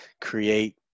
create